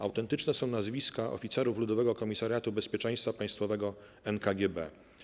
Autentyczne są nazwiska oficerów ludowego komisariatu bezpieczeństwa państwowego NKGB.